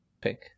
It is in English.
pick